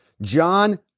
John